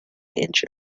inch